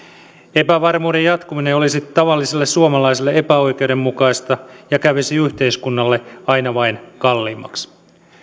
epävarmuuden jatkuminen olisi tavallisille suomalaisille epäoikeudenmukaista ja kävisi yhteiskunnalle aina vain kalliimmaksi